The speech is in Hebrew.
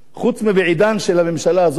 חוץ מבעידן הממשלה הזאת,